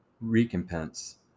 recompense